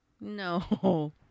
No